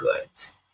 goods